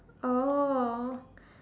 oh